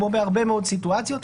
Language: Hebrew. כמו בהרבה מאוד סיטואציות,